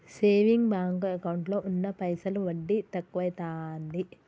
saving bank ఎకౌంటులో ఉన్న పైసలు వడ్డి తక్కువైతాంది